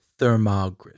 thermography